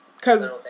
Cause